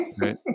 right